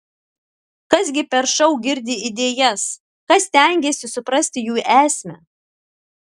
kas gi per šou girdi idėjas kas stengiasi suprasti jų esmę